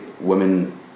women